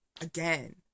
again